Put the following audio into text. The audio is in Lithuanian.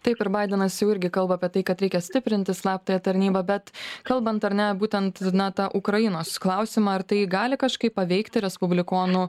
taip ir baidenas jau irgi kalba apie tai kad reikia stiprinti slaptąją tarnybą bet kalbant ar ne būtent na tą ukrainos klausimą ar tai gali kažkaip paveikti respublikonų